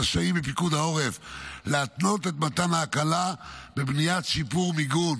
רשאים בפיקוד העורף להתנות את מתן ההקלה בבניית שיפור מיגון.